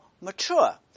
mature